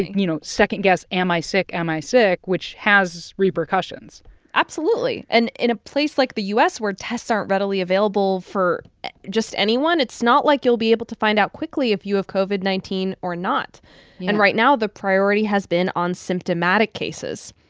you know, second-guess am i sick, am i sick? which has repercussions absolutely. and in a place like the u s, where tests aren't readily available for just anyone, it's not like you'll be able to find out quickly if you have covid nineteen or not yeah and right now the priority has been on symptomatic cases.